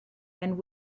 and